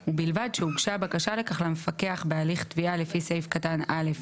תקבע הלכה למעשה את ההליך התכנוני.